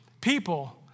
People